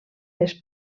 les